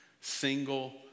Single